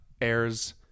airs